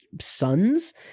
sons